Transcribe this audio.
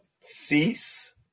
Cease